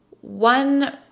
one